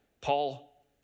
Paul